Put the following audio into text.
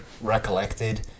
recollected